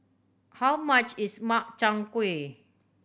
how much is Makchang Gui